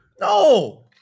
No